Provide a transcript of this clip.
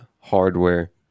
hardware